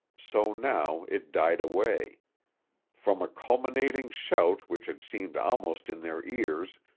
so now it died away from a culminating shout which had seemed almost in their ears,